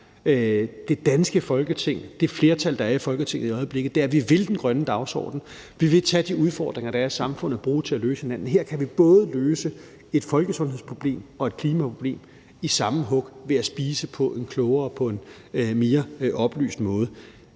det danske Folketing, det flertal, der er i Folketinget i øjeblikket, er, at vi vil den grønne dagsorden. Vi vil tage de udfordringer, der er i samfundet og løse dem sammen. Her kan vi både løse et folkesundhedsproblem og et klimaproblem i samme hug ved at spise på en klogere og mere oplyst måde.